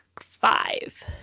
five